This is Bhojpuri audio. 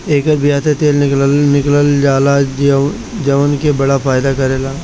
एकर बिया से तेल निकालल जाला जवन की बड़ा फायदा करेला